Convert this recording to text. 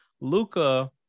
Luca